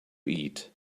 eat